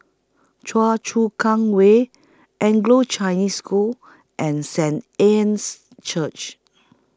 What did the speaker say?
Choa Chu Kang Way Anglo Chinese School and Saint Anne's Church